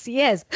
yes